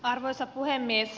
arvoisa puhemies